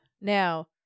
Now